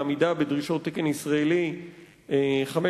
העמידה בדרישות תקן ישראלי 5282,